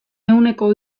ehuneko